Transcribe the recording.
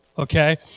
Okay